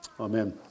Amen